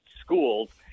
schools